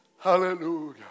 Hallelujah